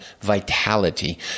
vitality